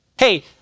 Hey